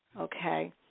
okay